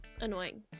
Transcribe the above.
Annoying